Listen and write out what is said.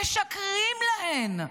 משקרים להן,